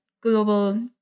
global